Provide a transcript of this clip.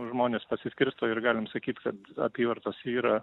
žmonės pasiskirsto ir galim sakyt kad apyvartos yra